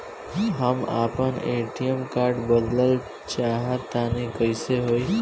हम आपन ATM card बदलल चाह तनि कइसे होई?